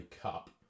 Cup